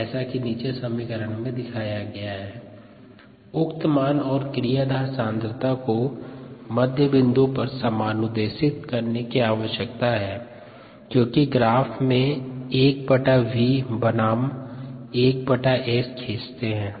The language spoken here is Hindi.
v 158 177019 mMmin 1 assigned to t 15 min S 1675 mM उक्त मान और क्रियाधार सांद्रता को मध्य बिंदु पर समनुदेशित करने की आवश्यकता है क्योंकि ग्राफ में 1v बनाम 1S खींचतें हैं